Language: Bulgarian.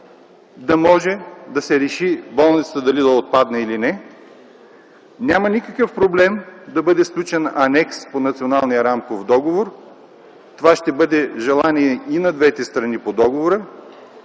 да може да се реши болницата дали да отпадне или не. Няма никакъв проблем да бъде сключен анекс по Националния рамков договор. Това ще бъде желание и на двете страни по договора,